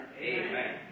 Amen